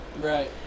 Right